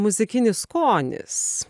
muzikinis skonis